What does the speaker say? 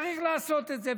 צריך לעשות את זה.